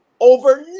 over